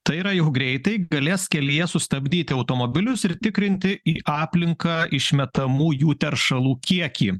tai yra jau greitai galės kelyje sustabdyti automobilius ir tikrinti į aplinką išmetamųjų teršalų kiekį